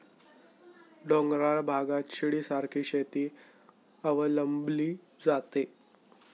डोंगराळ भागात शिडीसारखी शेती अवलंबली जाते